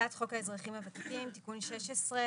הצעת חוק האזרחים הוותיקים (תיקון מס' 16),